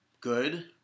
good